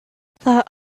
that